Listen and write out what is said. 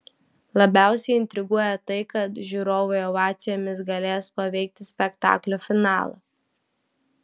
labiausiai intriguoja tai kad žiūrovai ovacijomis galės paveikti spektaklio finalą